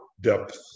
depth